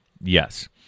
Yes